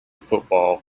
football